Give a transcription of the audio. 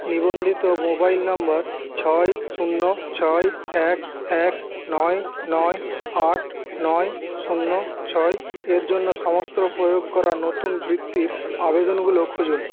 নিবন্ধিত মোবাইল নম্বর ছয় শূন্য ছয় এক এক নয় নয় আট নয় শূন্য ছয় এর জন্য সমস্ত প্রয়োগ করা নতুন বৃত্তির আবেদনগুলো খুঁজুন